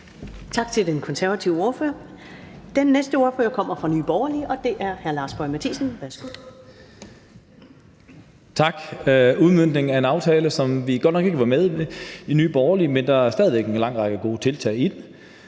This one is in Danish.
Tak til den konservative ordfører. Den næste ordfører kommer fra Nye Borgerlige, og det er hr. Lars Boje Mathiesen. Værsgo. Kl. 11:44 (Ordfører) Lars Boje Mathiesen (NB): Tak. Det er udmøntningen af en aftale, som vi godt nok ikke var med i i Nye Borgerlige, men der er stadig væk en lang række gode tiltag i den,